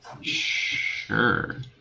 Sure